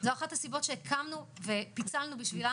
זו אחת הסיבות שהקמנו ופיצלנו בשבילה